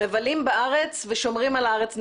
מבלים בארץ ושומרים על הארץ נקייה.